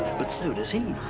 but so does he!